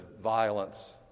violence